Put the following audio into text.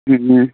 ꯎꯝ